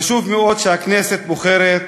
חשוב מאוד שהכנסת בוחרת